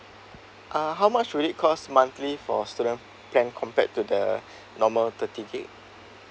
uh how much will it cost monthly for student plan compared to the normal thirty gig